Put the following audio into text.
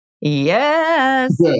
Yes